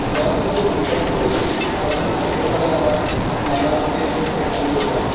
দৰাচলতে জোখতকৈ অধিক খাদ্য খালে আমাৰ নানা ৰোগে দেখা দিব পাৰে